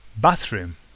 Bathroom